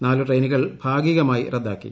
നാലു ട്രെയിനുകൾ ഭാഗികമായി റദ്ദാക്കി